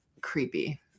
creepy